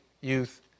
youth